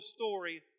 story